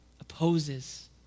Opposes